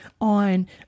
on